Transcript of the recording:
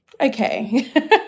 Okay